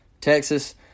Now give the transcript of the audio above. Texas